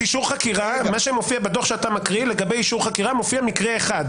עופר וגלעד ביקשו, ואחריהם מי שירצה להתייחס.